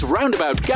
Roundabout